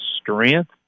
strength